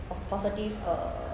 have positive uh